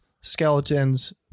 skeletons